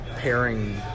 pairing